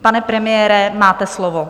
Pane premiére, máte slovo.